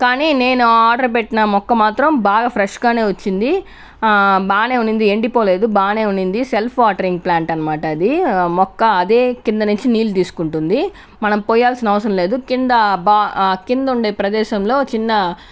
కానీ నేను ఆర్డర్ పెట్టిన మొక్క మాత్రం బాగా ఫ్రెష్ గానే వచ్చింది బాగానే ఉన్నింది ఏం ఎండిపోలేదు బాగానే ఉన్నింది సెల్ఫ్ వాటరింగ్ ప్ల్యాంట్ అన్మాట అది మొక్క అదే కింద నించి నీళ్ళు తీస్కుంటుంది మనం పోయాల్సిన అవసరం లేదు కింద బా కిందుండే ప్రదేశంలో చిన్న